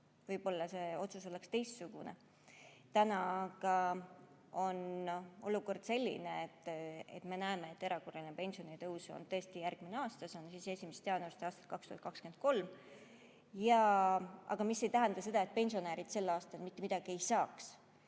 võib-olla see otsus oleks teistsugune. Täna aga on olukord selline, et me näeme, et erakorraline pensionitõus on tõesti järgmisel aasta, see on 1. jaanuarist aastast 2023. See aga ei tähenda seda, et pensionärid sel aastal mitte midagi ei saa.